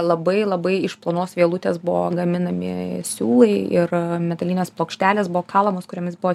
labai labai iš plonos vielutės buvo gaminami siūlai ir metalinės plokštelės buvo kalamos kuriomis buvo